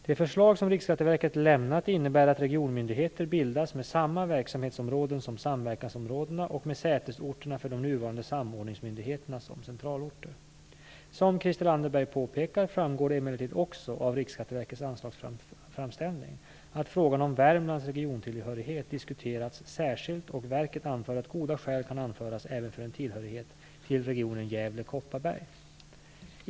Det förslag som Riksskatteverket lämnat innebär att regionmyndigheter bildas med samma verksamhetsområden som samverkansområdena och med sätesorterna för de nuvarande samordningsmyndigheterna som centralorter. Som Christel Anderberg påpekar framgår det emellertid också av Riksskatteverkets anslagsframställning att frågan om Värmlands regiontillhörighet diskuterats särskilt. Verket anför att goda skäl kan anföras även för en tillhörighet till regionen Gävle/Kopparberg.